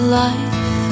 life